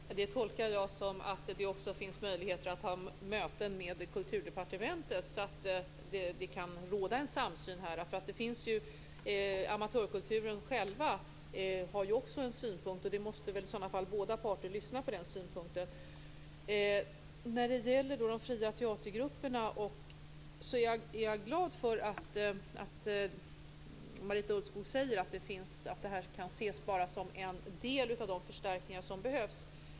Fru talman! Det tolkar jag som att det finns möjligheter att ha möten också med Kulturdepartementet. Men amatörkulturens representanter själva har också synpunkter. Då måste man lyssna på båda parter synpunkter. När det gäller de fria teatergrupperna är jag glad för att Marita Ulvskog säger att det här kan ses som bara en del av de förstärkningar som behövs.